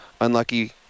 unlucky